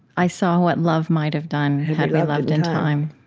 i saw what love might have done had we loved in time,